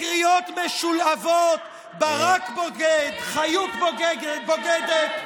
לקריאות משולהבות "ברק בוגד", "חיות בוגדת"?